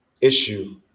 issue